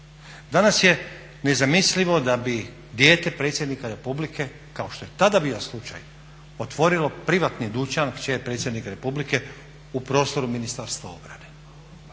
Danas je nezamislivo da bi dijete predsjednika Republike, kao što je tada bio slučaj, otvorilo privatni dućan, kćer predsjednika Republike, u prostoru Ministarstva obrane,